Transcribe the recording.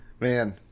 man